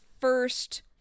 first